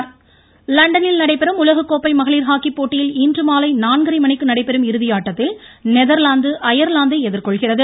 மகளிர் ஹாக்கி லண்டனில் நடைபெறும் உலகக்கோப்பை மகளிர் ஹாக்கி போட்டியில் இன்றுமாலை நான்கரை மணிக்கு நடைபெறும் இறுதியாட்டத்தில் நெதர்லாந்து அயர்லாந்தை எதிர்கொள்கிறது